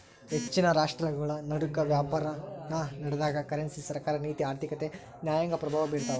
ಹೆಚ್ಚಿನ ರಾಷ್ಟ್ರಗಳನಡುಕ ವ್ಯಾಪಾರನಡೆದಾಗ ಕರೆನ್ಸಿ ಸರ್ಕಾರ ನೀತಿ ಆರ್ಥಿಕತೆ ನ್ಯಾಯಾಂಗ ಪ್ರಭಾವ ಬೀರ್ತವ